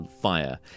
fire